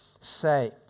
say